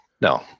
no